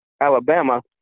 Alabama